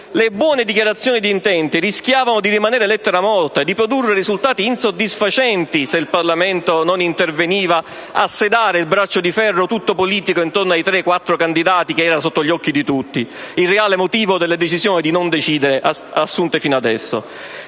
Le buone dichiarazioni di intenti rischiavano di rimanere lettera morta e di produrre risultati insoddisfacenti se il Parlamento non fosse intervenuto a sedare il braccio di ferro, tutto politico, intorno ai tre quattro candidati, che era sotto gli occhi di tutti e che costituiva il reale motivo della decisione di non decidere assunta fino adesso.